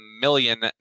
million